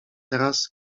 teraz